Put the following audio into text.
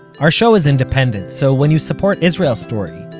our show is independent, so when you support israel story,